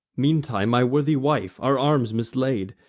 meantime my worthy wife our arms mislaid,